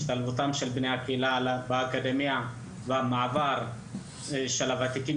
השתלבות בני הקהילה באקדמיה והמעבר של הותיקים